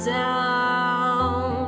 down